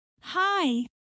Hi